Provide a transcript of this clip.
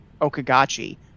okagachi